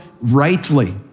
rightly